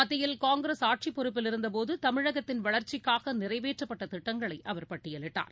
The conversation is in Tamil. மத்தியில் காங்கிரஸ் பொறப்பில் இருந்தபோது தமிழகத்தின் ஆட்சிப் வளர்ச்சிக்காகநிறைவேற்றப்பட்டதிட்டங்களைஅவர் பட்டியலிட்டார்